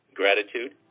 gratitude